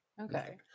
Okay